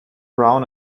brown